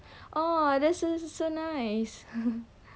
oh that's so nice